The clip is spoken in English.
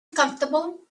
comfortable